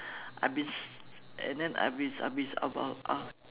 I've been and then I've been I've been about uh